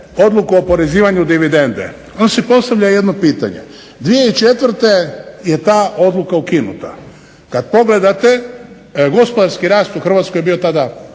odluku o oporezivanju dividende onda se postavlja jedno pitanje – 2004. je ta odluka ukinuta, kad pogledate gospodarski rast u Hrvatskoj je bio tada